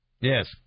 Yes